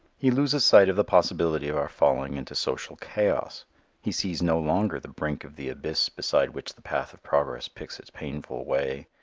he loses sight of the possibility of our falling into social chaos he sees no longer the brink of the abyss beside which the path of progress picks its painful way.